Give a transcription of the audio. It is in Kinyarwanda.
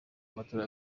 amatora